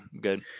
good